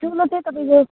चोलो चाहिँ तपाईँको